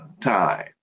time